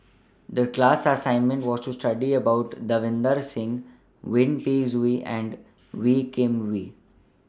The class assignment was to study about Davinder Singh Yip Pin Xiu and Wee Kim Wee